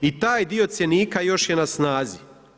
I taj dio cjenika još je na snazi.